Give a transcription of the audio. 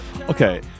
Okay